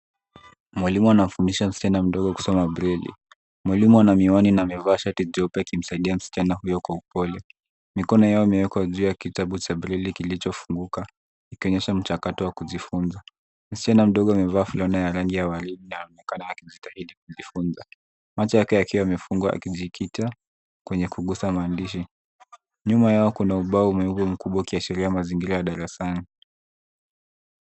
Mwalimu anafundisha msichana mdogo kusoma breli. Mwalimu ana miwani na amevaa shati jeupe akimsaidia msichana huyo kwa upole. Mikono yao imewekwa juu ya kitabu cha breli kilichofunguka, ikionyesha mchakato wa kujifunza. Msichana mdogo amevaa fulana ya rangi ya waridi na anaonekana akijitahidi kujifunza, macho yake yakiwa yamefungwa akijikita kwenye kugusa maandishi. Nyuma yao kuna ubao mweupe mkubwa ukiashiria mazingira ya darasani.